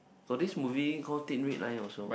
got this movie call Thin Red Line also